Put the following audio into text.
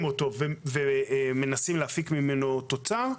ומנסים להפיק ממנו תוצר,